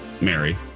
Mary